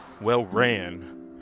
well-ran